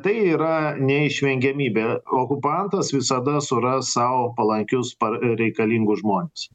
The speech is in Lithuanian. tai yra neišvengiamybė okupantas visada suras sau palankius par reikalingus žmones